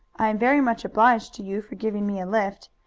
i am very much obliged to you for giving me a lift.